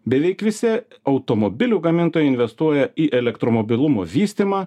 beveik visi automobilių gamintojai investuoja į elektromobilumo vystymą